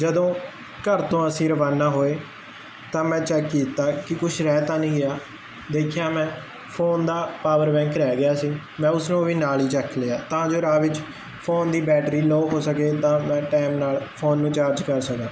ਜਦੋਂ ਘਰ ਤੋਂ ਅਸੀਂ ਰਵਾਨਾ ਹੋਏ ਤਾਂ ਮੈਂ ਚੈੱਕ ਕੀਤਾ ਕੀ ਕੁਛ ਰਹਿ ਤਾਂ ਨੀ ਗਿਆ ਦੇਖਿਆ ਮੈਂ ਫੋਨ ਦਾ ਪਾਵਰ ਬੈਂਕ ਰਹਿ ਗਿਆ ਸੀ ਮੈਂ ਉਸਨੂੰ ਵੀ ਨਾਲ ਹੀ ਚੱਕ ਲਿਆ ਤਾਂ ਜੋ ਰਾਹ ਵਿੱਚ ਫੋਨ ਦੀ ਬੈਟਰੀ ਲੋਅ ਹੋ ਸਕੇ ਤਾਂ ਮੈਂ ਟੈਮ ਨਾਲ ਫੋਨ ਨੂੰ ਚਾਰਜ ਕਰ ਸਕਾ